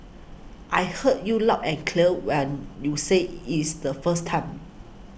I heard you loud and clear when you said its the first time